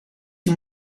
you